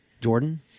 Jordan